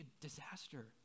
disaster